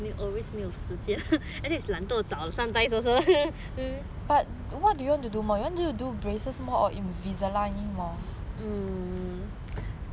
always 没有时间 also it's 懒惰找 sometimes also um